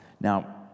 now